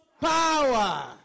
power